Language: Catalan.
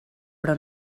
però